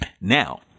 Now